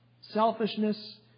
Selfishness